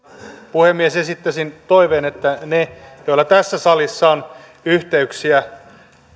puhemies esittäisin toiveen että ne joilla tässä salissa on yhteyksiä